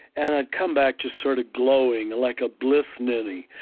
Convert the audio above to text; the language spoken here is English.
and i'd come back just sort of glowing, like a bliss ninny,